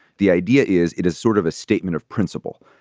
the idea is it is sort of a statement of principle.